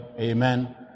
amen